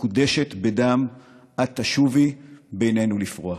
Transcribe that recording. מקודשת בדם / את תשובי בינינו לפרוח".